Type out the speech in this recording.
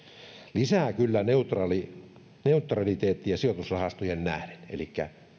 lisää kyllä neutraliteettia sijoitusrahastoihin nähden elikkä